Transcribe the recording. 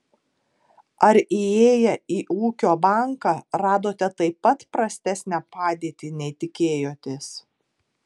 ar įėję į ūkio banką radote taip pat prastesnę padėtį nei tikėjotės